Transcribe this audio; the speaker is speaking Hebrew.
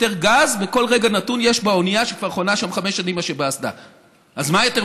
בכל רגע נתון באונייה יש בערך פי 3,000,